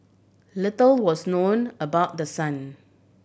little was known about the son